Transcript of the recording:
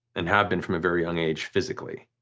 and had been from a very young age physically.